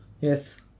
Yes